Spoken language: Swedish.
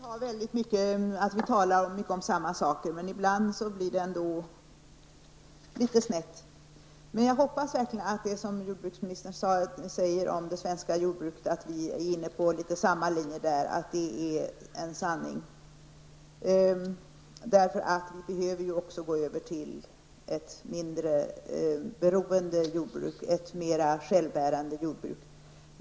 Herr talman! Jag tror också att vi i mycket talar om samma sak. Men ibland blir det ändå litet snett. Jag hoppas verkligen att det som jordbruksministern säger om det svenska jordbruket, att vi är inne på samma linje, är en sanning. Vi behöver också gå över till ett mindre beroende jordbruk, ett mer självbärande jordbruk.